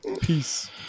Peace